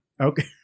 Okay